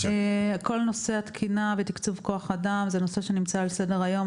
כל נושא התקינה ותקצוב כוח אדם זה נושא שנמצא על סדר היום.